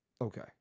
Okay